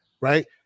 right